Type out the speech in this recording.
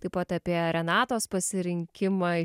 taip pat apie renatos pasirinkimą